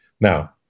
Now